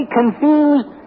confused